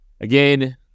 again